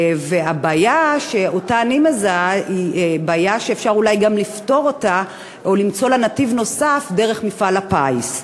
אני מזהה בעיה שאולי אפשר לפתור או למצוא לה נתיב נוסף דרך מפעל הפיס.